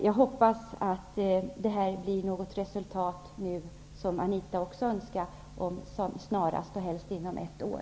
Jag hoppas att det blir något resultat snarast, som Anita Persson också önskar -- och helst inom ett år.